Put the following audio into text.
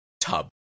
tub